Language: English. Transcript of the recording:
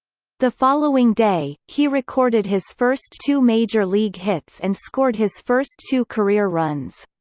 the following day, he recorded his first two major league hits and scored his first two career runs.